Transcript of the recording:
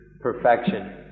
perfection